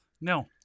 No